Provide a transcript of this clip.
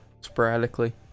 sporadically